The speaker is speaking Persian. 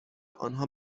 آنها